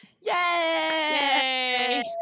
Yay